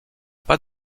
pas